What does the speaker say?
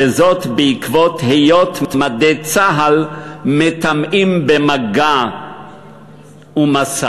וזאת בעקבות היות מדי צה"ל מטמאים במגע ומשא.